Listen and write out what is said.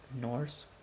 Norse